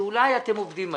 שאולי אתם עובדים עליי.